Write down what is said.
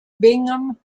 bingham